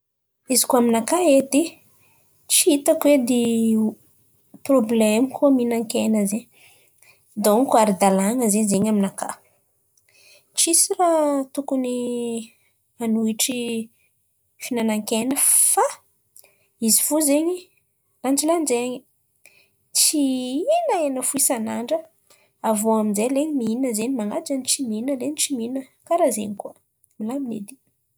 Izy koa aminàka edy tsy hitako edy problemo kôa mihinan-kena zen̈y dônko ara-dàlan̈a zen̈y aminàka. Tsisy ràha tokony hanohitry fihinan̈a-kena fà izy fo zen̈y lanjalanjain̈y, tsy hihina hena fo isan'andra. Avy iô amin'zay zen̈y lay ny mihin̈a man̈aja tsy mihin̈a, lay ny tsy mihin̈a kàra zen̈y, milamin̈y edy.